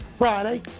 Friday